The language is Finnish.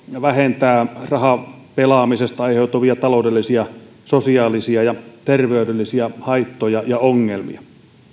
vähentää rahapelaamisesta aiheutuvia taloudellisia sosiaalisia ja terveydellisiä haittoja ja ongelmia